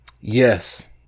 Yes